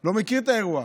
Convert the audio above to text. לא מכיר את האירוע,